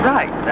Right